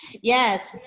Yes